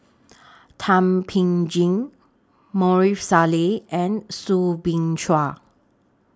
Thum Ping Tjin Maarof Salleh and Soo Bin Chua